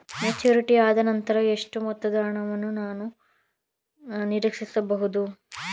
Maturity ಆದನಂತರ ಎಷ್ಟು ಮೊತ್ತದ ಹಣವನ್ನು ನಾನು ನೀರೀಕ್ಷಿಸ ಬಹುದು?